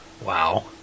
Wow